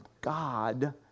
God